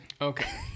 Okay